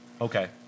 Okay